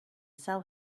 sell